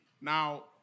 Now